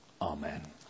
Amen